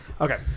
Okay